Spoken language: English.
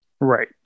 right